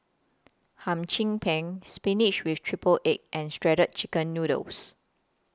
Hum Chim Peng Spinach with Triple Egg and Shredded Chicken Noodles